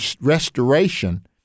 restoration